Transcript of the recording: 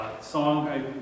Song